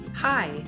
Hi